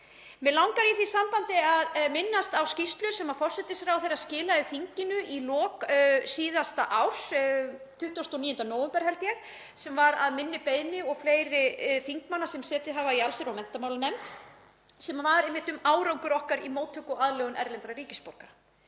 Mig langar í því sambandi að minnast á skýrslu sem forsætisráðherra skilaði þinginu í lok síðasta árs, 29. nóvember held ég, sem var að minni beiðni og fleiri þingmanna sem setið hafa í allsherjar- og menntamálanefnd, sem var einmitt um árangur okkar í móttöku og aðlögun erlendra ríkisborgara.